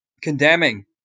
condemning